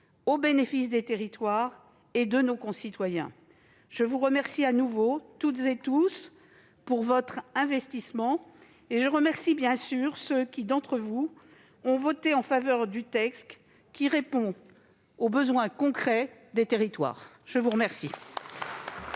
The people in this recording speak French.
au bénéfice des territoires et de nos concitoyens. Je vous remercie de nouveau, toutes et tous, pour votre investissement et je remercie ceux d'entre vous qui ont voté en faveur de ce texte, qui répond aux besoins concrets des territoires. Mes chers